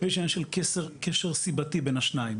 ויש עניין של קשר סיבתי בין השניים.